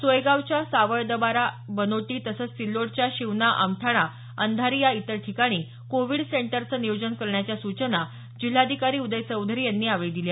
सोयगावच्या सावळदबारा बनोटी तसंच सिल्लोडच्या शिवना आमठाणा अंधारी आणि इतर ठिकाणी कोविड सेंटरचं नियोजन करण्याच्या सूचना जिल्हाधिकारी उदय चौधरी यांनी यावेळी दिल्या